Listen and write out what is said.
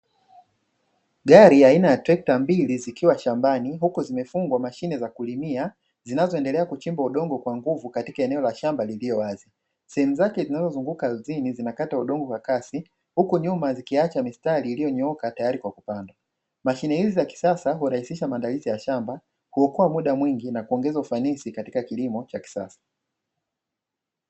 Gari ya aina ya trekta mbili zikiwa shambani huko zimefungwa mashine za kulimia zinazoendelea kuchimba udongo kwa nguvu katika eneo la shamba lililo wazi sehemu zake zinazozunguka zini zinakata udongo kwa kasi huko nyuma zikiacha mistari iliyonyooka tayari kwa kupanda. Mashine hizi za kisasa warahisisha maandalizi ya shamba, kuokoa muda mwingi na kuongeza ufanisi katika kilimo cha kisasa.